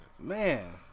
Man